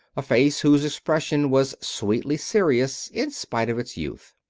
a face whose expression was sweetly serious in spite of its youth.